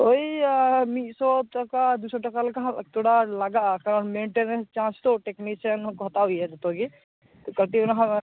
ᱳᱭ ᱢᱤᱛᱥᱚ ᱴᱟᱠᱟ ᱫᱩᱥᱚ ᱴᱟᱠᱟ ᱞᱮᱠᱟᱦᱚ ᱛᱷᱚᱲᱟ ᱞᱟᱜᱟᱜᱼᱟ ᱠᱟᱨᱚᱱ ᱢᱮᱱᱴᱮᱱᱮᱱᱥ ᱪᱟᱥ ᱛᱚ ᱴᱮᱠᱱᱤᱥᱤᱭᱟᱱ ᱦᱚᱠᱚ ᱦᱟᱛᱟᱣ ᱜᱮᱭᱟ ᱡᱷᱚᱛᱚᱜᱮ ᱛᱚ ᱠᱟ ᱴᱤᱡ ᱚᱱᱟᱦᱚᱸ